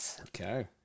okay